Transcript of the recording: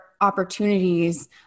opportunities